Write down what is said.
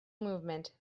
movement